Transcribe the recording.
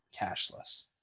cashless